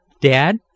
Dad